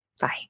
Bye